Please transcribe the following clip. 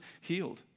healed